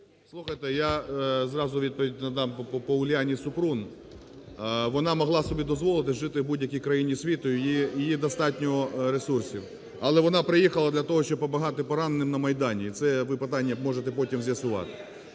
Слухайте, я зразу відповідь надам по Уляні Супрун. Вона могла собі дозволити жити в будь-якій країні світу, в неї достатньо ресурсів, але вона приїхала для того, щоб допомагати пораненим на Майдані, і це ви питання можете потім з'ясувати.